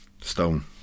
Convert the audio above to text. Stone